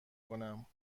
کنم